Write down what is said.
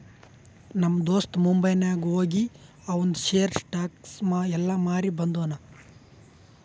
ನಮ್ ದೋಸ್ತ ಮುಂಬೈನಾಗ್ ಹೋಗಿ ಆವಂದ್ ಶೇರ್, ಸ್ಟಾಕ್ಸ್ ಎಲ್ಲಾ ಮಾರಿ ಬಂದುನ್